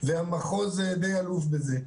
והמחוז די אלוף בזה.